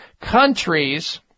countries